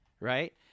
Right